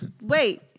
Wait